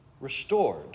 restored